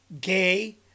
gay